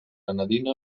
granadina